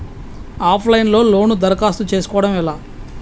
Of line లో loan దరఖాస్తు చేసుకోవడం ఎలా?